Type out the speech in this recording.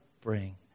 bring